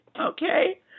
Okay